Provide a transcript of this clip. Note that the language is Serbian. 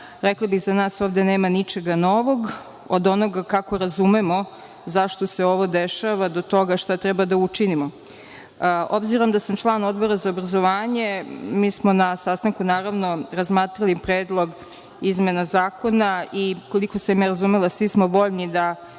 rekli bi, za nas ovde nema ničega novog od onoga kako razumemo zašto se ovo dešava, do toga šta treba da učinimo. Obzirom da sam član Odbora za obrazovanje, mi smo na sastanku razmatrali predlog izmena Zakona i, koliko sam ja razumela, svi smo voljni da predložene